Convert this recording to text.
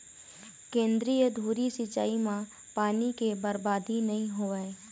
केंद्रीय धुरी सिंचई म पानी के बरबादी नइ होवय